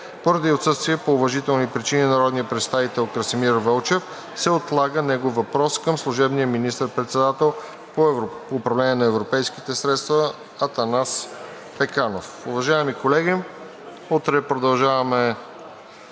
Поради отсъствие по уважителни причини на народния представител Красимир Вълчев се отлага негов въпрос към служебния заместник министър-председател по управление на европейските средства Атанас Пеканов. Уважаеми колеги, утре продължаваме